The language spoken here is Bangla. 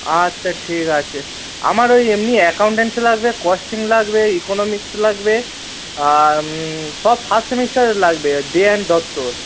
আচ্ছা ঠিক আছে আমার ওই এমনি অ্যাকাউন্টেন্টসি লাগবে কস্টিং লাগবে ইকোনমিক্স লাগবে আর সব ফার্স্ট সেমিস্টারের লাগবে দে অ্যান্ড দত্তর